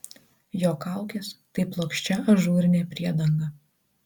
jo kaukės tai plokščia ažūrinė priedanga